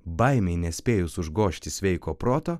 baimei nespėjus užgožti sveiko proto